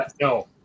no